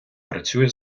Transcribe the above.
працює